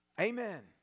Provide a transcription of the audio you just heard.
Amen